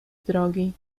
drogi